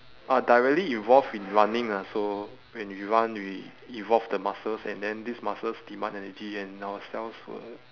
are directly involved in running lah so when we run we evolve the muscles and then these muscles demand energy and our cells will